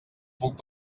puc